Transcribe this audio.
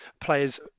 players